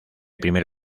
primer